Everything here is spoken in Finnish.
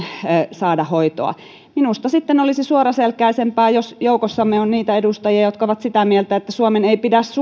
saada hoitoa minusta olisi suoraselkäisempää jos joukossamme on niitä edustajia jotka ovat sitä mieltä että suomen ei pidä